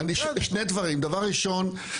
שני דברים: דבר ראשון,